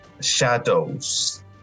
shadows